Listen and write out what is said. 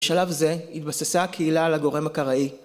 ‫בשלב זה, התבססה הקהילה ‫על הגורם הקראי.